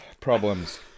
problems